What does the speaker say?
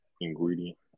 ingredient